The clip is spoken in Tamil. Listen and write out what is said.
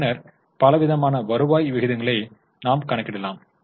பின்னர் பலவிதமான வருவாய் விகிதங்களை நாம் கணக்கிடலாம்